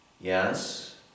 Yes